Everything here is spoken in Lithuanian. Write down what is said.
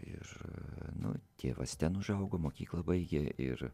ir nu tėvas ten užaugo mokyklą baigė ir